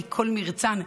כי כל מרצן,